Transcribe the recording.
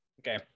Okay